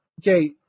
okay